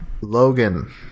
Logan